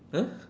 !huh!